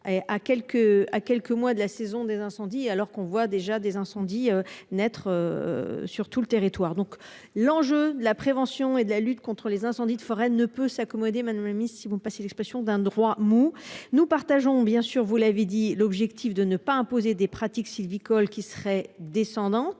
à quelques mois de la saison des incendies alors qu'on voit déjà des incendies naître. Sur tout le territoire. Donc l'enjeu, la prévention et la lutte contre les incendies de forêt ne peut s'accommoder Miss ils vont pas si l'expression d'un droit mou. Nous partageons bien sûr vous l'avez dit, l'objectif de ne pas imposer des pratiques sylvicoles qui serait descendante